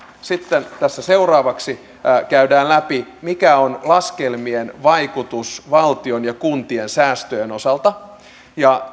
sitten tässä seuraavaksi käydään läpi mikä on laskelmien vaikutus valtion ja kuntien säästöjen osalta ja